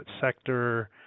sector